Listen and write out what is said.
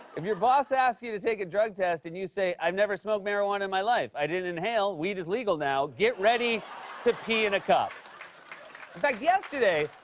if your boss asks you to take a drug test, and you say, i've never smoked marijuana in my life. i didn't inhale. weed is legal now, get ready to pee in a cup. in fact yesterday,